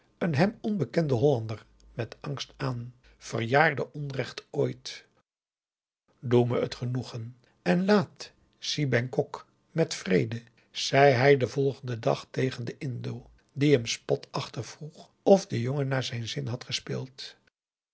een hem onbekenden hollander met angst aan verjaarde onrecht ooit doe me het genoegen en laat si bengkok met vrede zei hij den volgenden dag tegen den indo die hem spotachtig vroeg of de jongen naar zijn zin had gespeeld